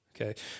Okay